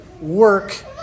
work